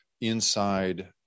inside